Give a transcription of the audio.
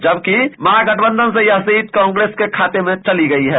जबकि महागठबंधन से यह सीट कांग्रेस के खाते में गयी है